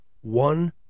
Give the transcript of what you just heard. One